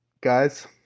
Guys